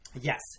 Yes